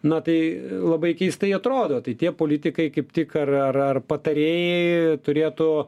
na tai labai keistai atrodo tai tie politikai kaip tik ar ar ar patarėjai turėtų